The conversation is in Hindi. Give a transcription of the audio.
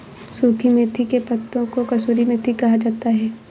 सुखी मेथी के पत्तों को कसूरी मेथी कहा जाता है